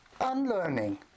unlearning